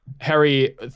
Harry